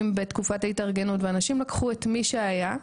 בתקופת ההתארגנות ואנשים לקחו את מי שהיה.